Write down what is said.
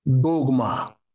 Dogma